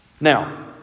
Now